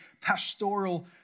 pastoral